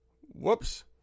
whoops